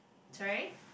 sorry